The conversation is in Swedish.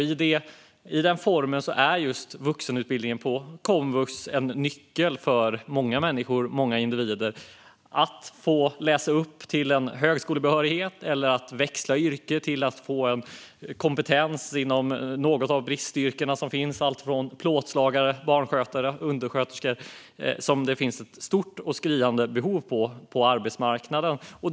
I den formen är vuxenutbildningen på komvux en nyckel för många människor, många individer, för att läsa in högskolebehörighet, växla yrke och få kompetens inom något av bristyrkena - plåtslagare, barnskötare, undersköterska - som det finns ett stort och skriande behov av på arbetsmarknaden.